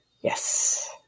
yes